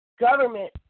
government